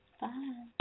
Bye